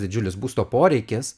didžiulis būsto poreikis